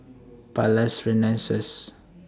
Palais Renaissance